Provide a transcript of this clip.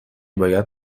باید